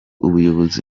ubuyobozi